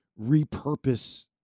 repurpose